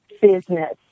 business